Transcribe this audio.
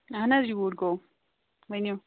اَہن حظ یوٗرۍ گوٚو ؤنِو